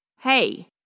Hey